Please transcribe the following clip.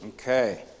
Okay